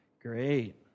Great